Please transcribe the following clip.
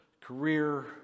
career